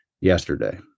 yesterday